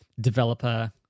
developer